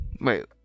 wait